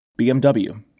BMW